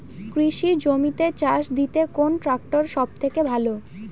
কৃষি জমিতে চাষ দিতে কোন ট্রাক্টর সবথেকে ভালো?